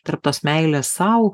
tarp tos meilės sau